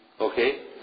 okay